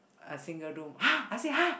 a single room !huh! I say !huh!